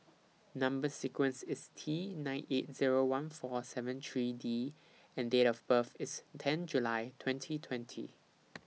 Number sequence IS T nine eight Zero one four seven three D and Date of birth IS ten July twenty twenty